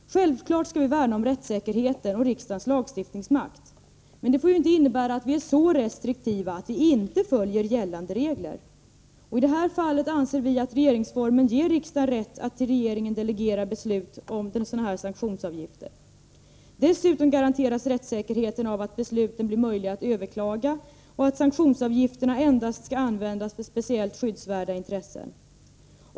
Självfallet skall vi värna om rättssäkerheten och riksdagens lagstiftnings Sanktionsavgifter makt. Men det får inte innebära att vi är så restriktiva att vi inte följer — vid överträdelser av gällande regler. importoch export I detta fall anser vi att regeringsformen ger riksdagen rätt att till regeringen regleringar delegera beslut om sådana här sanktionsavgifter. Dessutom garanteras rättssäkerheten av att besluten blir möjliga att överklaga och att sanktionsavgiften endast skall användas för speciellt skyddsvärda intressen.